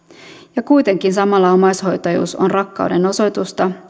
ja kuitenkin samalla omaishoitajuus on rakkaudenosoitusta